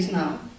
now